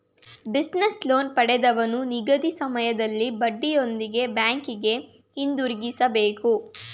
business loan ಪಡೆದವನು ನಿಗದಿತ ಸಮಯದಲ್ಲಿ ಬಡ್ಡಿಯೊಂದಿಗೆ ಬ್ಯಾಂಕಿಗೆ ಹಿಂದಿರುಗಿಸಬೇಕು